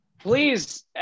Please